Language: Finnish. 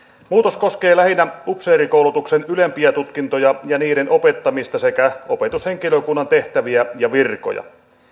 muutos koskee lähinnä upseerikoulutuksen ylempiä tutkintoja ja niiden opettamista sekä opetushenkilökunnan tehtäviä ja virkoja